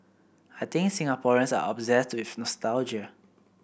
I think Singaporeans are obsessed with nostalgia